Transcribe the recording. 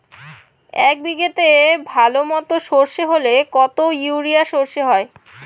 এক বিঘাতে ভালো মতো সর্ষে হলে কত ইউরিয়া সর্ষে হয়?